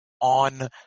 on